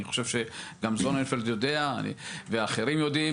אני חושב שגם זוננפלד יודע את זה וגם אחרים יודעים.